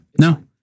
no